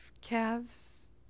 calves